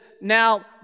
Now